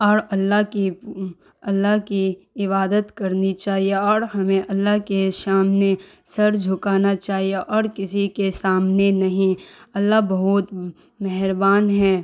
اور اللہ کی اللہ کی عبادت کرنی چاہیے اور ہمیں اللہ کے سامنے سر جھکانا چاہیے اوڑ کسی کے سامنے نہیں اللہ بہت مہربان ہیں